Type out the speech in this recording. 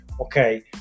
okay